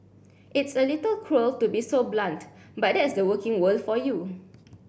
it's a little cruel to be so blunt but that's the working world for you